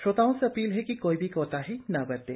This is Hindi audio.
श्रोताओं से अपील है कि कोई भी कोताही न बरतें